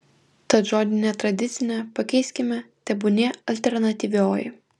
tad žodį netradicinė pakeiskime tebūnie alternatyvioji